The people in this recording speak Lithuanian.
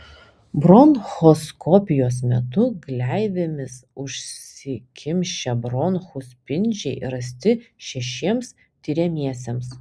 bronchoskopijos metu gleivėmis užsikimšę bronchų spindžiai rasti šešiems tiriamiesiems